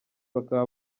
bakaba